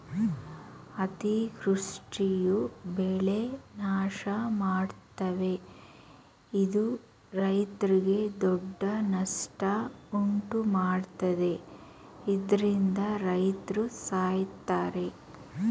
ಅತಿವೃಷ್ಟಿಯು ಬೆಳೆ ನಾಶಮಾಡ್ತವೆ ಇದು ರೈತ್ರಿಗೆ ದೊಡ್ಡ ನಷ್ಟ ಉಂಟುಮಾಡ್ತದೆ ಇದ್ರಿಂದ ರೈತ್ರು ಸಾಯ್ತರೆ